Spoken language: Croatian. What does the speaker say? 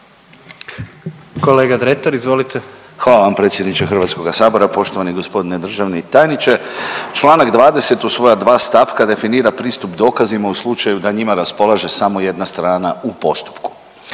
**Dretar, Davor (DP)** Hvala vam predsjedniče HS-a, poštovani g. državni tajniče. Čl. 20 u svoja dva stavka definira pristup dokazima u slučaju da njima raspolaže samo jedna strana u postupku